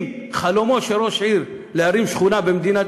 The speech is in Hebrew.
אם חלומו של ראש עיר להרים שכונה במדינת